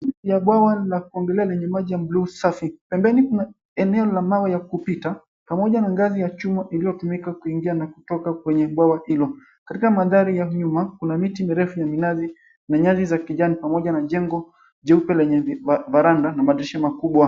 Bwawa la kuogelea lenye maji ya buluu safi. Pembeni kuna eneo la mawe ya kupita pamoja na ngazi ya chuma iliyotumika kuingia na kutoka kwenye bwawa hilo. Katika mandhari ya nyuma kuna miti mirefu ya minazi na nyasi za kijani pamoja na jengo jeupe lenye varanda na madirisha makubwa.